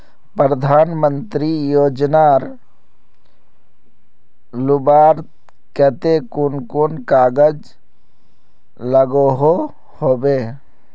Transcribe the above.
प्रधानमंत्री योजना लुबार केते कुन कुन कागज लागोहो होबे?